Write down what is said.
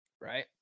Right